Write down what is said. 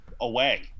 away